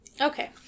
okay